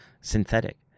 synthetic